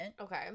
Okay